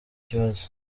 kibazo